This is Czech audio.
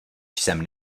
jsem